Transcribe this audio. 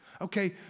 Okay